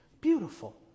beautiful